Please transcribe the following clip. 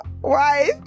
Wife